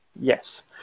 Yes